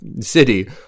city